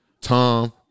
Tom